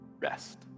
rest